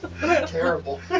Terrible